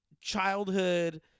childhood